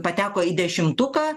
pateko į dešimtuką